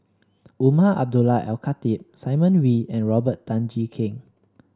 Umar Abdullah Al Khatib Simon Wee and Robert Tan Jee Keng